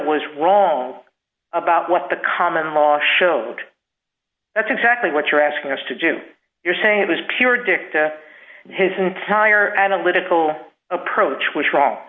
was wrong about what the common law showed that's exactly what you're asking us to do you're saying it was pure dicta his entire analytical approach was wrong